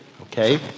Okay